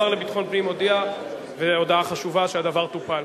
השר לביטחון פנים הודיע והודעה חשובה, שהדבר טופל.